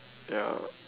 ya